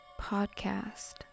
podcast